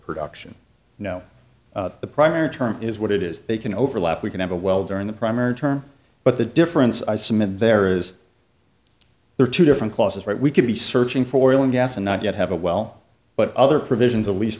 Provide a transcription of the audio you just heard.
production you know the primary term is what it is they can overlap we can have a well during the primary term but the difference i submit there is there are two different clauses right we could be searching for oil and gas and not yet have a well but other provisions a leas